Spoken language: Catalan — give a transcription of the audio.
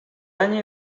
any